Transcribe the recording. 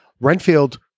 Renfield